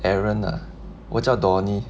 aaron ah 我叫 donny